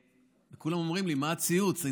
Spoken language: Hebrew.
כולם אומרים לי: מה הציוץ?